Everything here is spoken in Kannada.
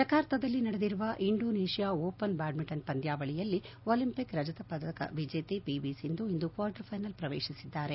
ಜಕಾರ್ತಾದಲ್ಲಿ ನಡೆದಿರುವ ಇಂಡೋನೇಷ್ಯಾ ಓಪನ್ ಬ್ಯಾಡ್ಮಂಟನ್ ಪಂದ್ಯಾವಳಿಯಲ್ಲಿ ಒಲಿಂಪಿಕ್ ರಜತ ಪದಕ ವಿಜೇತೆ ಪಿ ವಿ ಸಿಂಧು ಇಂದು ಕ್ವಾರ್ಟರ್ ಫೈನಲ್ ಪ್ರವೇಶಿಸಿದ್ದಾರೆ